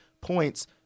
points